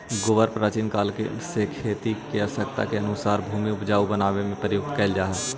गोबर प्राचीन काल से खेती के आवश्यकता के अनुसार भूमि के ऊपजाऊ बनावे में प्रयुक्त कैल जा हई